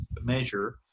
measure